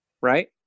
Right